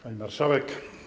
Pani Marszałek!